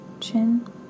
chin